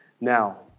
now